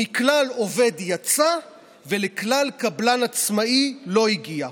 "מכלל עובד יצא ולכלל קבלן עצמאי לא הגיע".